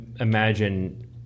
imagine